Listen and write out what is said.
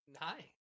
hi